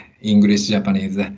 English-Japanese